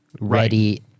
ready